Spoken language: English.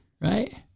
Right